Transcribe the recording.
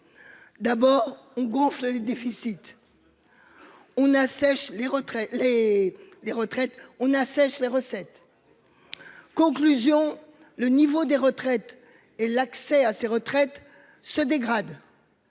D'abord on gonfle les déficits. On assèche les retraites les les retraites on assèche les recettes. Conclusion, le niveau des retraites et l'accès à ces retraites se dégrade.